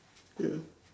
ya